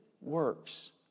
works